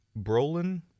Brolin